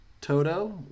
Toto